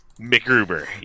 McGruber